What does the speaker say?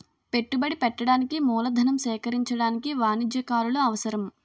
పెట్టుబడి పెట్టడానికి మూలధనం సేకరించడానికి వాణిజ్యకారులు అవసరం